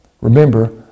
remember